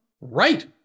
Right